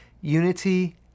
unity